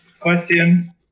Question